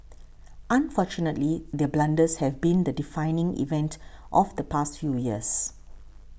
unfortunately their blunders have been the defining event of the past few years